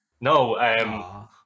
No